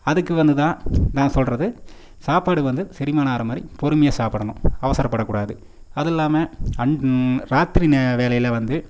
அதுக்கு வந்து தான் நான் சொல்கிறது சாப்பாடு வந்து செரிமானம் ஆகிற மாதிரி பொறுமையா சாப்பிடணும் அவசரபடக்கூடாது அதுவும் இல்லாமல் ராத்திரி வேளையில வந்து